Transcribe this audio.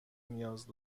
نیاز